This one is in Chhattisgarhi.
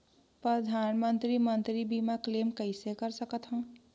परधानमंतरी मंतरी बीमा क्लेम कइसे कर सकथव?